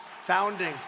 founding